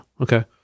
okay